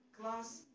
class